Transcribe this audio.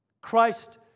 Christ